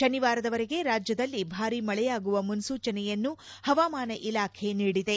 ಶನಿವಾರದವರೆಗೆ ರಾಜ್ಯದಲ್ಲಿ ಭಾರೀ ಮಳೆಯಾಗುವ ಮುನ್ನೂಚನೆಯನ್ನು ಹವಾಮಾನ ಇಲಾಖೆ ನೀಡಿದೆ